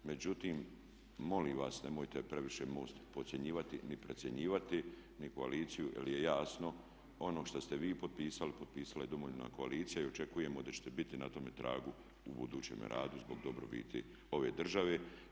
Međutim, molim vas nemojte previše MOST podcjenjivati ni precjenjivati ni koaliciju, jer je jasno ono što ste vi potpisali, potpisala je i Domoljubna koalicija i očekujemo da ćete biti na tome tragu u budućem radu zbog dobrobiti ove države.